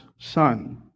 son